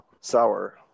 sour